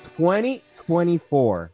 2024